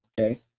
okay